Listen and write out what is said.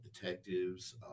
detectives